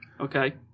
Okay